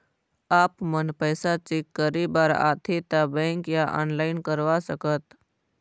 आपमन पैसा चेक करे बार आथे ता बैंक या ऑनलाइन करवा सकत?